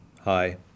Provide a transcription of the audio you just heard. Hi